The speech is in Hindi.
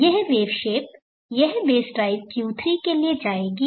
यह वेव शेप यह बेस ड्राइव Q3 के लिए जाएगी